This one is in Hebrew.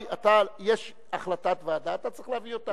יש החלטת ועדה, אתה צריך להביא אותה.